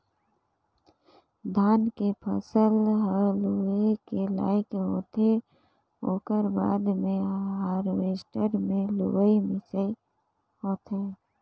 धान के फसल ह लूए के लइक होथे ओकर बाद मे हारवेस्टर मे लुवई मिंसई होथे